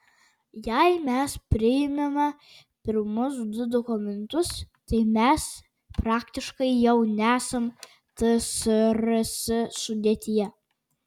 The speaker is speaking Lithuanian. jei mes priimame pirmus du dokumentus tai mes praktiškai jau nesam tsrs sudėtyje